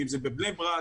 אם זה בבני ברק,